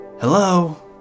Hello